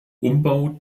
umbau